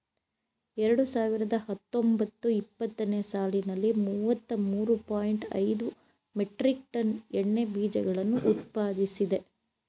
ಎರಡು ಸಾವಿರದ ಹತ್ತೊಂಬತ್ತು ಇಪ್ಪತ್ತನೇ ಸಾಲಿನಲ್ಲಿ ಮೂವತ್ತ ಮೂರು ಪಾಯಿಂಟ್ ಐದು ಮೆಟ್ರಿಕ್ ಟನ್ ಎಣ್ಣೆ ಬೀಜಗಳನ್ನು ಉತ್ಪಾದಿಸಿದೆ